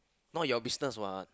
not your business what